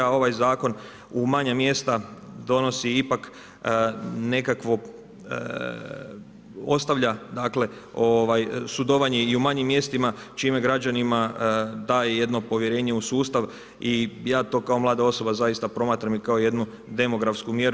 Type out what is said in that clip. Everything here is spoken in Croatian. Ovaj zakon u manje mjesto donosi ipak nekakvo, ostavlja dakle sudovanje i u manjim mjestima čime građanima daje jedno povjerenje u sustav i ja to kao mlada osoba zaista promatram kao jednu demografsku mjeru.